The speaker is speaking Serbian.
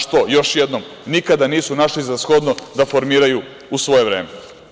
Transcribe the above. Što nikada nisu našli za shodno da formiraju u svoje vreme.